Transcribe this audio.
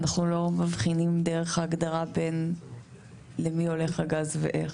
אנחנו לא מבחינים דרך ההגדרה בין למי הולך הגז ואיך.